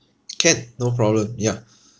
can no problem ya